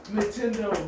Nintendo